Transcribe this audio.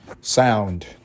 sound